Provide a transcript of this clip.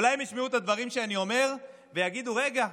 אולי הם ישמעו את הדברים שאני אומר, ויגידו: רגע,